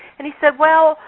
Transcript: and he said, well,